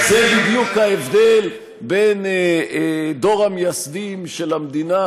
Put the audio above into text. זה בדיוק ההבדל בין דור המייסדים של המדינה,